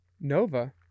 Nova